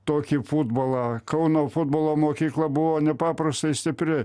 tokį futbolą kauno futbolo mokykla buvo nepaprastai stipri